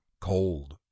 cold